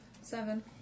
Seven